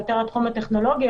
זה יותר התחום הטכנולוגי,